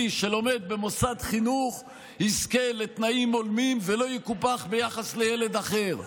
שלומד במוסד חינוך יזכה לתנאים הולמים ולא יקופח ביחס לילד אחר.